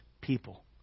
people